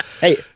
Hey